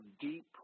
deep